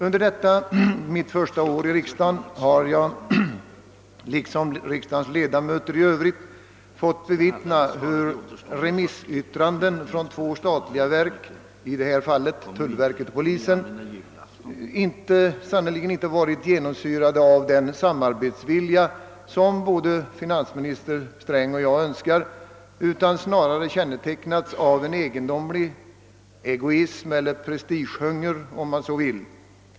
Under detta mitt första år i riksdagen har jag liksom riksdagens ledamöter i övrigt fått bevittna hur remissyttranden från två statliga verk — i detta fall tullverket och polisen — sannerligen inte varit genomsyrade av den samarbetsvilja, som både finansminister Sträng och jag önskar, utan snarare kännetecknats av en egendomlig egoism eller prestigehunger, om man så vill.